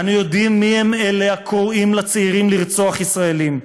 אנו יודעים מי הם אלה הקוראים לצעירים לרצוח ישראלים,